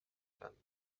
femmes